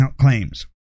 claims